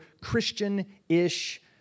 Christian-ish